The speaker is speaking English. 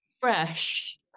fresh